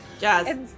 Jazz